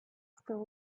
still